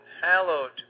hallowed